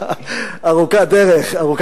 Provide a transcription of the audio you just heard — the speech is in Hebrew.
ארוכה הדרך.